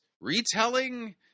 retelling